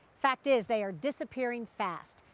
fact is, they are disappearing fast,